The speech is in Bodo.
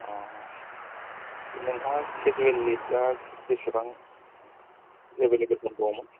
नोंथाङा केजुयेल लिफया बेसेबां एभेलेबेल दंबावोमोन